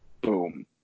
Boom